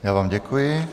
Já vám děkuji.